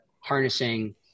harnessing